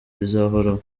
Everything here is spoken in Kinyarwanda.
bizahoraho